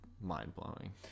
mind-blowing